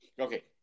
Okay